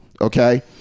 okay